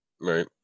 Right